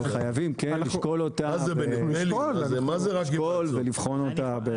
אבל חייבים כן לשקול אותה ולבחון אותה.